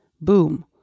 boom